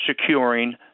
securing